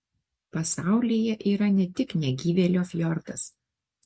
pasaulyje yra ne tik negyvėlio fjordas